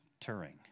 Turing